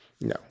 No